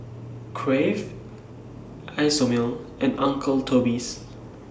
Crave Isomil and Uncle Toby's